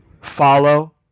follow